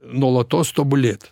nuolatos tobulėt